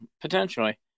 Potentially